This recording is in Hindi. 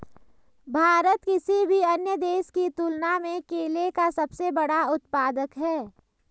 भारत किसी भी अन्य देश की तुलना में केले का सबसे बड़ा उत्पादक है